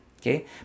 Okay